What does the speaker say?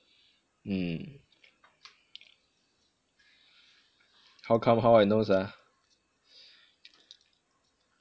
mm how come how I know sia